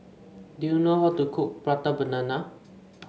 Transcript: do you know how to cook Prata Banana